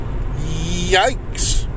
Yikes